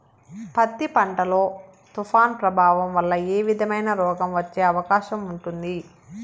పత్తి పంట లో, తుఫాను ప్రభావం వల్ల ఏ విధమైన రోగం వచ్చే అవకాశం ఉంటుంది?